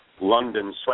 London